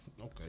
Okay